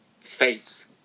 face